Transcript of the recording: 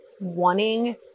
wanting